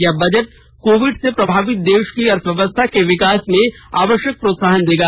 यह budget Covid से प्रभावित देश की अर्थव्यवस्था के विकास में आवश्यक प्रोत्साहन देगा